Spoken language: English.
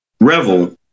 revel